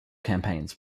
campaigns